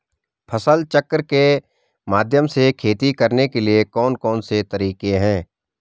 फसल चक्र के माध्यम से खेती करने के लिए कौन कौन से तरीके हैं?